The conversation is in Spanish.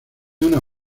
una